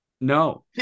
No